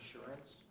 insurance